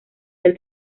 del